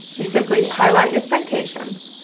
you simply highlight your citations,